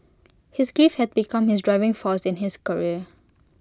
his grief had become his driving force in his career